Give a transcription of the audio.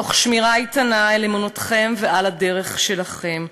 תוך שמירה איתנה על אמונתכם ועל הדרך שלכם,